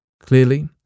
Clearly